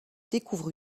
découvre